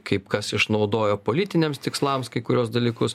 kaip kas išnaudojo politiniams tikslams kai kuriuos dalykus